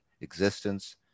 existence